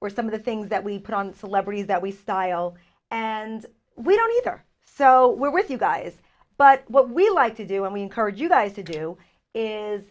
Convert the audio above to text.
were some of the things that we put on celebrities that we style and we don't either so we're with you guys but what we like to do and we encourage you guys to do is